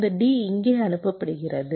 இந்த D இங்கே அணுப்பப்படுகிறது